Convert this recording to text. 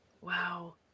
Wow